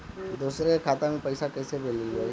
दूसरे के खाता में पइसा केइसे भेजल जाइ?